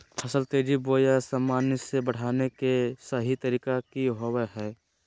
फसल तेजी बोया सामान्य से बढने के सहि तरीका कि होवय हैय?